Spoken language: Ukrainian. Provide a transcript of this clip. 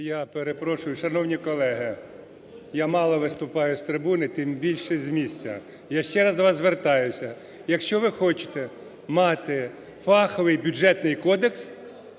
Я перепрошую, шановні колеги, я мало виступаю з трибуни, тим більше з місця. Я ще раз до вас звертаюся: якщо ви хочете мати фаховий Бюджетний кодекс,